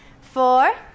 four